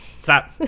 stop